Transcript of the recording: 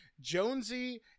jonesy